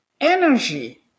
energy